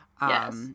Yes